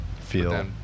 feel